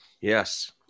Yes